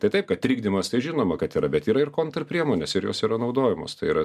taip pat trikdymas težinoma kad yra bet yra ir konter priemonės ir jos yra naudojamos tai yra